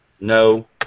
No